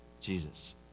Jesus